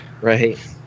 Right